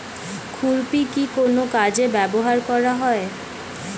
খুরপি কি কোন কাজে ব্যবহার করা হয়?